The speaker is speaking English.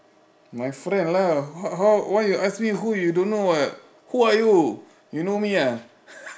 my friend lah how how why you ask me who you don't know [what] who are you you know me ah